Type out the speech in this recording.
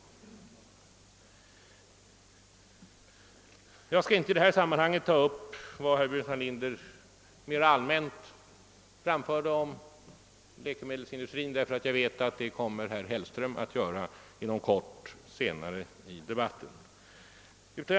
Jag skall i detta sammanhang inte ta upp vad herr Burenstam Linder mer allmänt uttalade om läkemedelsindustrin, eftersom jag vet att herr Hellström inom kort kommer att göra detta.